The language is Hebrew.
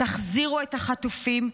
תחזירו את חטופים,